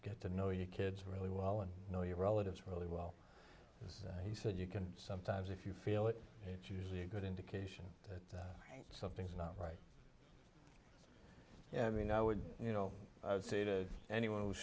get to know your kids really well and know your relatives really well because he said you can sometimes if you feel it it's usually a good indication that something's not right i mean i would you know i would say to anyone who's